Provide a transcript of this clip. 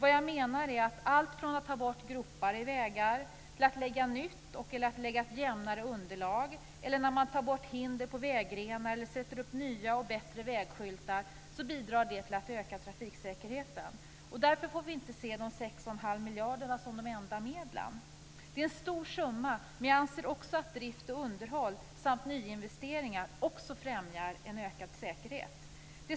Vad jag menar är att allt från att ta bort gropar i vägar till att lägga nytt och/eller jämnare underlag eller att ta bort hinder på vägrenar eller sätta upp nya eller byta vägskyltar bidrar till att öka trafiksäkerheten. Därför får vi inte se de 6 1⁄2 miljarderna som de enda medlen. Det är en stor summa, men jag anser att drift och underhåll samt nyinvesteringar också främjar en ökad säkerhet.